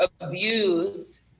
abused